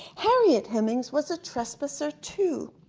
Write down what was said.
harriet hemings was a trespasser, too,